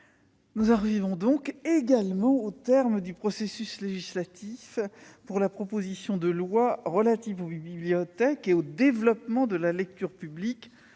nous arrivons donc, là aussi, au terme du processus législatif de la proposition de loi relative aux bibliothèques et au développement de la lecture publique.